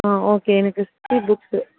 ஆ okay எனக்கு sixty books